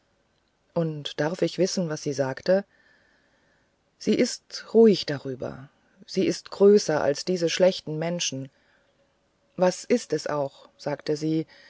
und darf ich wissen was sie sagte sie ist ruhig darüber sie ist größer als diese schlechten menschen was ist es auch sagte sie